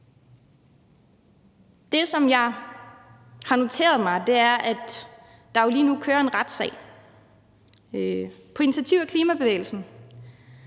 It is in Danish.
Det, som jeg har noteret mig, er, at der jo lige nu kører en retssag på initiativ af klimabevægelsen,